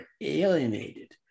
alienated